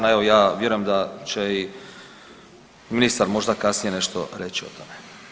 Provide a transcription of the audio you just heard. A evo ja vjerujem da će i ministar možda kasnije nešto reći o tome.